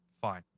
fine